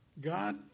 God